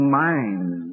mind